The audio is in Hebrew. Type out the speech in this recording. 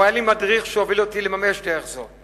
הוא היה לי מדריך שהוביל אותי לממש דרך זו.